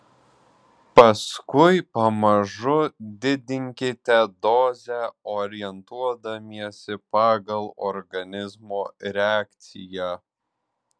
paskui pamažu didinkite dozę orientuodamiesi pagal organizmo reakciją